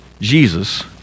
Jesus